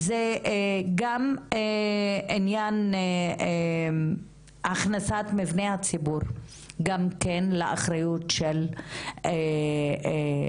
זה גם עניין הכנסת מבני הציבור גם כן לאחריות של הוועדות,